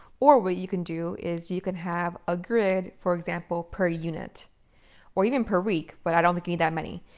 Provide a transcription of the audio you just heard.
or what you can do is you can have a grid, for example, per unit or even per week. but i don't think i need that many.